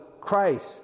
Christ